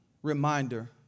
Reminder